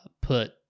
put